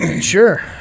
Sure